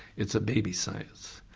it's a baby science.